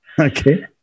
Okay